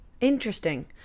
interesting